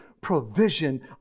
provision